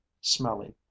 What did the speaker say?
smelly